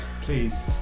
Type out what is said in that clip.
Please